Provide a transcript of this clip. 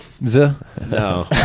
No